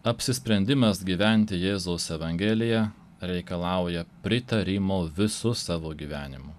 apsisprendimas gyventi jėzaus evangelija reikalauja pritarimo visu savo gyvenimu